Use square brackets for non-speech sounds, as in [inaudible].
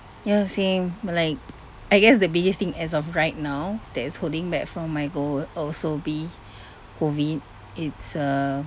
ya same but like I guess the biggest thing as of right now that is holding back from my goal also be [breath] COVID it's a